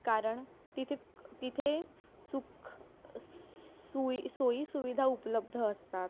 कारण तिथे तिथे सुख सुई सोयी सुविधा उपलब्ध असतात